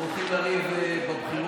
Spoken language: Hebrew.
אנחנו הולכים לריב בבחירות,